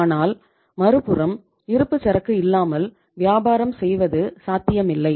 ஆனால் மறுபுறம் இருப்புச்சரக்கு இல்லாமல் வியாபாரம் செய்வது சாத்தியமில்லை